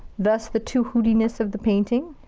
thus the two hoot-iness of the painting.